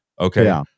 Okay